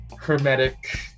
Hermetic